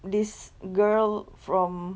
this girl from